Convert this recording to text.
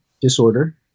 disorder